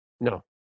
No